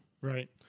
Right